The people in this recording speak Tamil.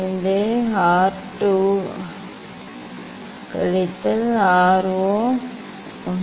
இது R 2 கழித்தல் R 0